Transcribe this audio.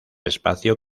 espacio